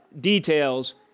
details